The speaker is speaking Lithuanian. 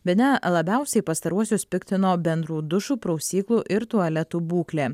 bene labiausiai pastaruosius piktino bendrų dušų prausyklų ir tualetų būklė